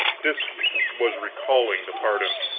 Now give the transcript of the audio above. this was recalling the pardon.